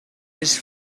his